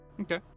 Okay